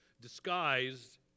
disguised